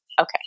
Okay